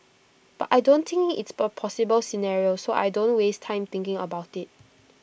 but I don't think it's A possible scenario so I don't waste time thinking about IT